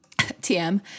TM